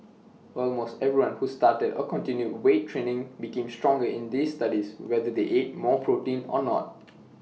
almost everyone who started or continued weight training became stronger in these studies whether they ate more protein or not